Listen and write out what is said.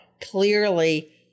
Clearly